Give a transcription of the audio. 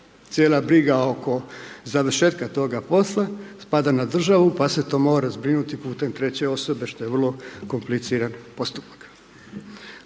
cijela briga oko završetka toga posla spada na državu pa se to mora zbrinuti putem treće osobe što je vrlo komplicirani postupak.